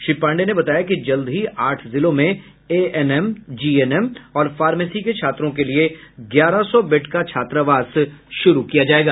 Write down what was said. श्री पांडेय ने बताया कि जल्द ही आठ जिलों में एएनएम जीएनएम और फार्मेसी के छात्रों के लिये ग्यारह सौ बेड का छात्रावास शुरू किया जायेगा